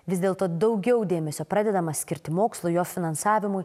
vis dėlto daugiau dėmesio pradedama skirti mokslui jo finansavimui